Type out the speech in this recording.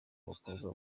abakobwa